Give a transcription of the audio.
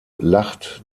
lacht